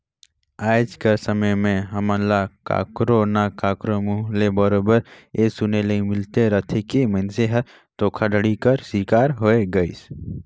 आएज कर समे में हमन ल काकरो ना काकरो मुंह ले बरोबेर ए सुने ले मिलते रहथे कि मइनसे हर धोखाघड़ी कर सिकार होए गइस